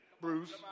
Bruce